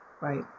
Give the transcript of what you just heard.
right